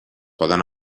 poden